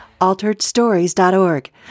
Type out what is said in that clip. alteredstories.org